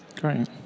Great